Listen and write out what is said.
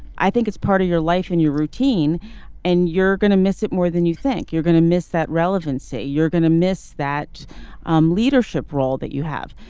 i think it's part of your life and your routine and you're going to miss it more than you think you're going to miss that relevancy you're going to miss that um leadership role that you have.